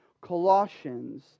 Colossians